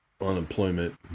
unemployment